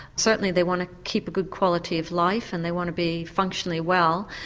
certainly they want to keep a good quality of life and they want to be functionally well,